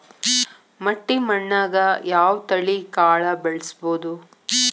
ಮಟ್ಟಿ ಮಣ್ಣಾಗ್, ಯಾವ ತಳಿ ಕಾಳ ಬೆಳ್ಸಬೋದು?